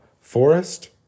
forest